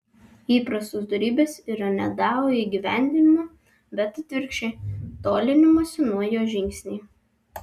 įprastos dorybės yra ne dao įgyvendinimo bet atvirkščiai tolinimosi nuo jo žingsniai